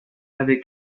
avec